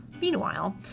Meanwhile